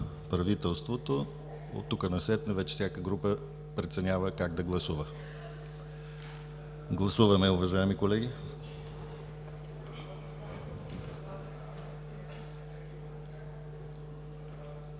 правителството. От тук насетне всяка група преценява как да гласува. Гласуваме, уважаеми колеги.